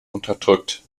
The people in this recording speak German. unterdrückt